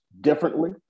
differently